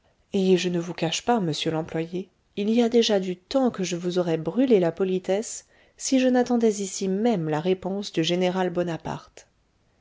et je ne vous me cache pas monsieur l'employé il y a déjà du temps que je vous aurais brûlé la politesse si je n'attendais ici même la réponse du général bonaparte